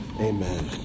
Amen